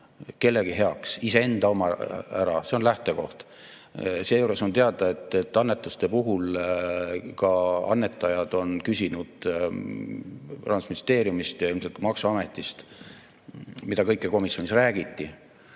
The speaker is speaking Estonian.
kellegi heaks. Annad iseenda oma ära. See on lähtekoht. Seejuures on teada, et annetuste puhul ka annetajad on küsinud Rahandusministeeriumist ja ilmselt ka maksuametist – seda kõike komisjonis räägiti